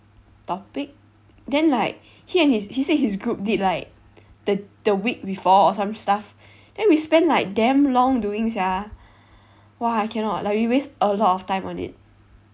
topic then like he and his he said his group did like the the week before or some stuff then we spend like damn long doing sia !wah! I cannot like we waste a lot of time on it